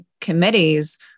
committees